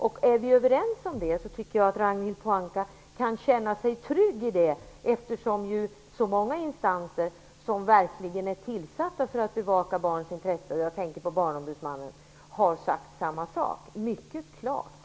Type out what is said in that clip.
Om vi är överens om detta, tycker jag att Ragnhild Pohanka kan känna sig trygg med detta, eftersom så många instanser som verkligen är tillsatta för att bevaka barns intressen, t.ex. Barnombudsmannen, har sagt samma sak mycket klart.